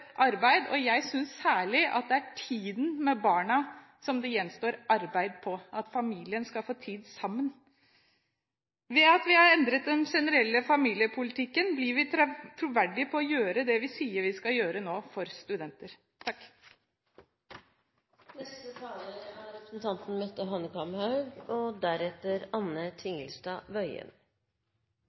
arbeid, og jeg synes det særlig er tiden med barna det gjenstår arbeid med – at familien skal få tid sammen. Ved at vi har endret den generelle familiepolitikken, blir vi troverdige i det vi nå sier vi vil gjøre for studentene. Først og fremst ønsker jeg å takke interpellanten for å ta opp denne problemstillingen. Dette er et tema som er utrolig viktig og